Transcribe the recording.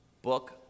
Book